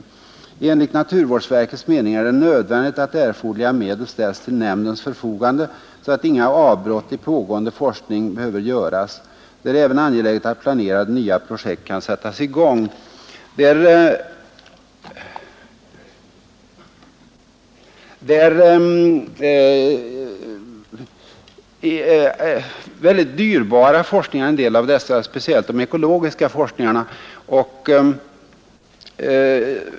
Enligt naturvårdsverkets mening är det nödvändigt att erforderliga medel ställs till nämndens förfogande så att inga avbrott i pågående forskning behöver göras. Det är även angeläget att planerade nya projekt kan sättas i gång.” En del av dessa forskningsprojekt är mycket kostnadskrävande, speciellt kanske de ekologiska forskningarna.